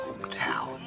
hometown